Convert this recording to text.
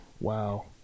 Wow